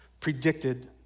predicted